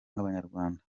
nk’abanyarwanda